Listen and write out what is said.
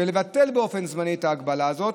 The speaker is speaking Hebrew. ולבטל באופן זמני את ההגבלה הזאת,